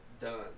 done